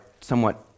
somewhat